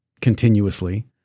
continuously